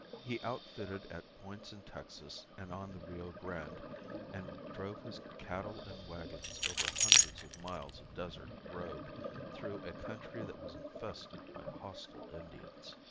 he outfitted at points in texas and on the rio grande and drove his cattle and wagons over hundreds of miles of desert road through a country that was infested by hostile indians.